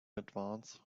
advance